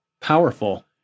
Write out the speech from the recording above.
powerful